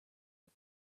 but